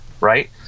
right